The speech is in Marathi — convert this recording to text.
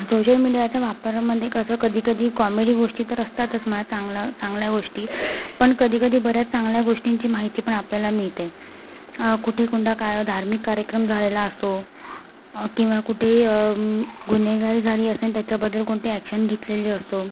सोशल मीडियाचा वापरमध्ये कसं कधी कधी कॉमेडी गोष्टी तर असतातच म्हणा चांगलं चांगल्या गोष्टी पण कधी कधी बऱ्याच चांगल्या गोष्टींची माहिती पण आपल्याला मिळते कुठे कोणता काय धार्मिक कार्यक्रम झालेला असो किंवा कुठे गुन्हेगारी झालेली असेन त्याच्याबद्दल कोणती ॲक्शन घेतलेली असो